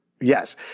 Yes